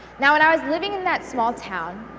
now when i was living in that small town,